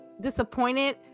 disappointed